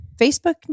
Facebook